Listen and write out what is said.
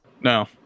no